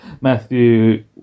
Matthew